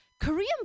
Korean